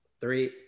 three